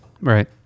Right